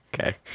Okay